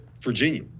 virginia